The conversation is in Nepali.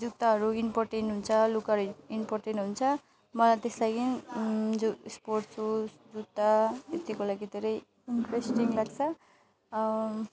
जुत्ताहरू इम्पोर्टेन्ट हुन्छ लुगाहरू इम्पोर्टेन्ट हुन्छ मलाई त्यस लागि जो स्पोर्ट्स सुज जुत्ता यत्तिको लागि धेरै इन्स्ट्रेस्टिङ लाग्छ